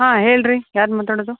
ಹಾಂ ಹೇಳಿರಿ ಯಾರು ಮಾತಡೋದು